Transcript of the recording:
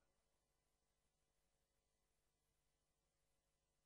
כי הונחה היום על שולחן הכנסת,